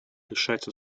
решать